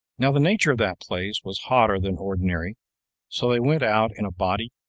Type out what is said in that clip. now the nature of that place was hotter than ordinary so they went out in a body,